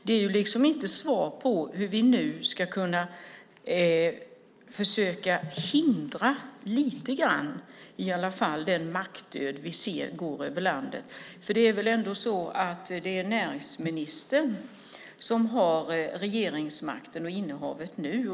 Det är ju inte svar på hur vi nu ska kunna hindra den mackdöd som vi ser går över landet. Det är väl ändå näringsministern som har regeringsmakten och innehavet nu!